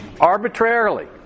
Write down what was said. Arbitrarily